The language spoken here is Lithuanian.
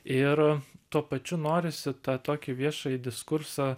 ir tuo pačiu norisi tą tokį viešąjį diskursą